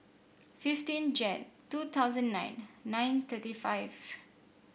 fifteen Jan two thousand nine nine thirty five